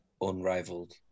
unrivaled